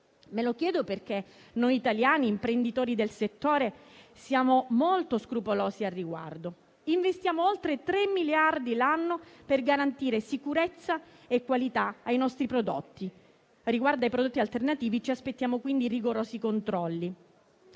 Me lo chiedo perché noi italiani imprenditori del settore siamo molto scrupolosi al riguardo. Investiamo oltre 3 miliardi l'anno per garantire sicurezza e qualità ai nostri prodotti. Riguardo ai prodotti alternativi ci aspettiamo, quindi, rigorosi controlli.